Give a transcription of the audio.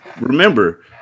remember